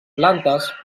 plantes